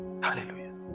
Hallelujah